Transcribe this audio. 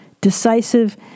decisive